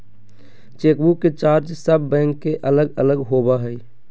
chequebook के charge सब bank के अलग अलग होबा हइ